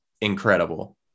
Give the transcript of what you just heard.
incredible